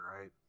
right